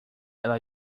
ela